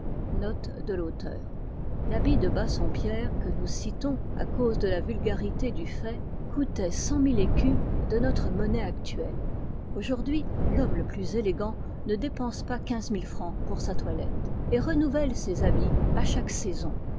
l'habit de bassompierre que nous citons à cause de la vulgaiité du fait coûtait cent mille écus de notre monnaie actuelle aujourd'hui l'homme le plus élégant ne dépense pas quinze mille francs pour sa toilette et renouvelle ses habits à chaque saison